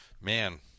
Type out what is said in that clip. Man